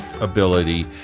ability